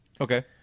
Okay